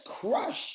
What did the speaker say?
crush